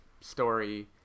story